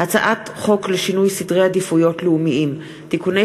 הצעת חוק לשינוי סדרי עדיפויות לאומיים (תיקוני